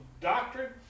doctrine